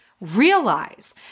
Realize